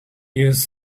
used